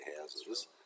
houses